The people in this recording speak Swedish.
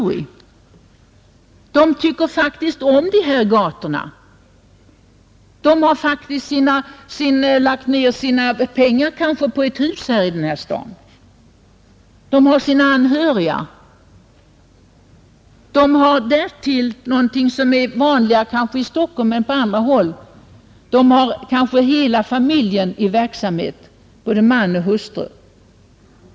Stockholmarna tycker faktiskt om gatorna här, de har kanske lagt ned sina pengar på ett hus i staden, de har sina anhöriga här och de har därtill någonting som kanske är vanligare i Stockholm än på många andra håll, nämligen hela familjen i verksamhet här.